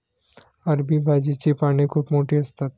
अरबी भाजीची पाने खूप मोठी असतात